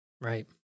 Right